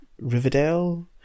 Riverdale